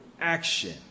action